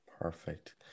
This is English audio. Perfect